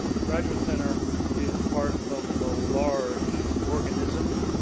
the graduate center is part of the large organism,